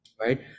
right